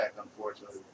unfortunately